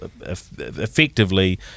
effectively